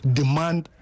demand